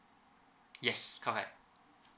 yes correct